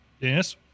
yes